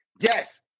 Yes